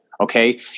Okay